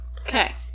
Okay